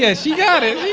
yeah. she got it.